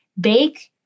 bake